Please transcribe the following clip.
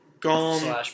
gone